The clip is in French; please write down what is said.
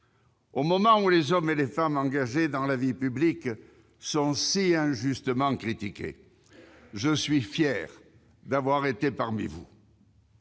Au moment où les hommes et les femmes engagés dans la vie publique sont si injustement critiqués, je suis fier d'avoir été parmi vous.